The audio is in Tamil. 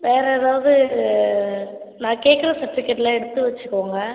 வேறு ஏதாவது நான் கேட்குற சர்ட்டிஃபிக்கேட்டெலாம் எடுத்து வச்சுக்கோங்க